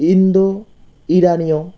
Indo ইরানীয়